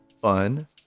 fun